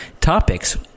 topics